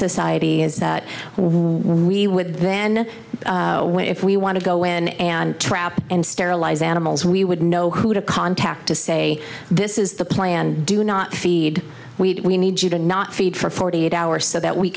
society is that we would then if we want to go in and trap and sterilize animals we would know who to contact to say this is the plan do not feed we need you to not feed for forty eight hours so that we